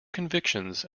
convictions